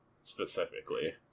specifically